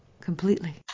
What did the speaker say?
Completely